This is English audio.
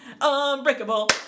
Unbreakable